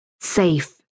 Safe